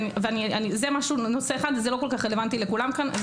זה נושא אחד וזה לא כל כך רלוונטי לכולם כאן.